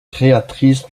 créatrice